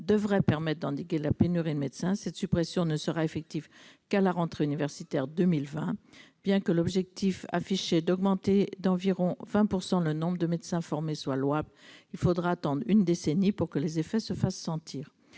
certes permettre d'endiguer la pénurie de médecins, mais cette suppression ne sera effective qu'à la rentrée universitaire 2020. En outre, bien que l'objectif affiché d'augmenter d'environ 20 % le nombre de médecins formés soit louable, il faudra attendre une décennie pour que ses effets se fassent sentir.